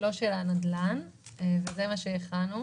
לא של הנדל"ן, וזה מה שהכנו,